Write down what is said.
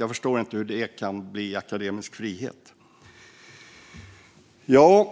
Jag förstår inte hur det kan bli akademisk frihet. Jag